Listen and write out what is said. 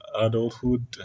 adulthood